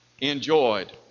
enjoyed